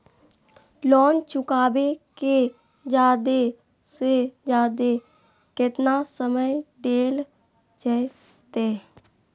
Loan चुकाबे के जादे से जादे केतना समय डेल जयते?